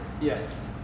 Yes